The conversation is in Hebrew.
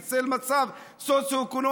בצל מצב סוציו-אקונומי,